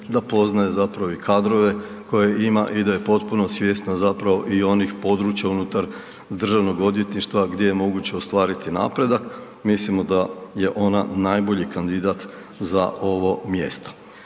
da poznaje i kadrove koje ima i da je potpuno svjesna i onih područja unutar državnog odvjetništva gdje je moguće ostvariti napredak, mislimo da je ona najbolji kandidat za ovo mjesto.